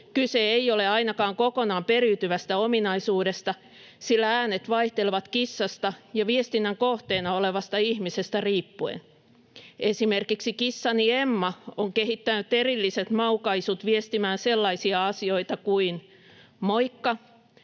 Kyse ei ole ainakaan kokonaan periytyvästä ominaisuudesta, sillä äänet vaihtelevat kissasta ja viestinnän kohteena olevasta ihmisestä riippuen. Esimerkiksi kissani Emma on kehittänyt erilliset maukaisut viestimään sellaisia asioita kuin ”moikka”,